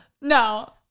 No